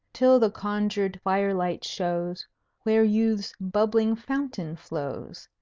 till the conjured fire-light shows where youth's bubbling fountain flows,